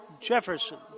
Jefferson